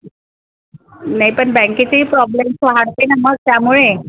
नाही पण बँकेचेही प्रॉब्लेमस वाढते ना मग त्यामुळे